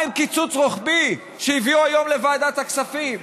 מה עם הקיצוץ הרוחבי שהביאו היום לוועדת הכספים?